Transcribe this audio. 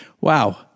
wow